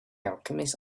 alchemist